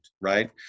right